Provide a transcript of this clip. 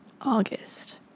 August